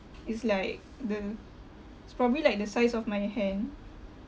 it's like the it's probably like the size of my hand